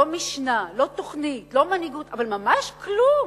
לא משנה, לא תוכנית, לא מנהיגות, אבל ממש כלום?